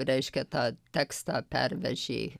reiškia tą tekstą pervežė